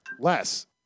Less